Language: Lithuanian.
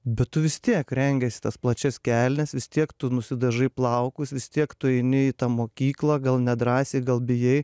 bet tu vis tiek rengiasi tas plačias kelnes vis tiek tu nusidažai plaukus vis tiek tu eini į tą mokyklą gal nedrąsiai gal bijai